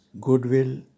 goodwill